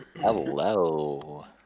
Hello